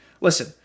Listen